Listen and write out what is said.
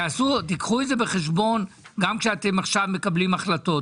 קחו את זה בחשבון גם כשאתם מקבלים החלטות עכשיו,